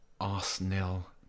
Arsenal